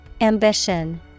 Ambition